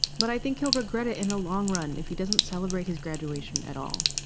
but i think he'll regret it in the long run if he doesn't celebrate his graduation at all.